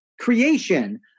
creation